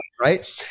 right